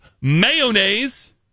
mayonnaise